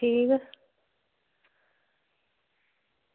ठीक